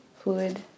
fluid